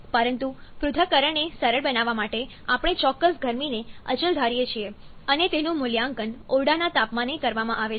પરંતુ પૃથ્થકરણને સરળ બનાવવા માટે આપણે ચોક્કસ ગરમીને અચલ ધારીએ છીએ અને તેનું મૂલ્યાંકન ઓરડાના તાપમાને કરવામાં આવે છે